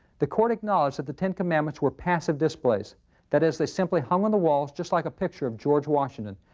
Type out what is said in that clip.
the court acknowledged that the ten commandments were passive displays that is, they simply hung on the walls, just like a picture of george washington.